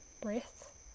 breath